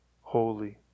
holy